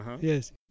Yes